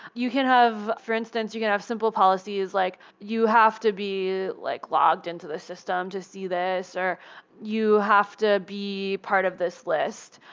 you can have for instance, you can have simple policies like you have to be like logged into the system to see this, or you have to be part of this list.